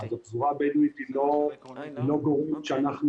הפזורה הבדואית היא לא גורם שאנחנו